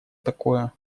такое